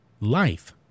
life